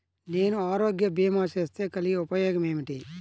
నేను ఆరోగ్య భీమా చేస్తే కలిగే ఉపయోగమేమిటీ?